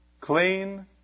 Clean